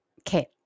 Okay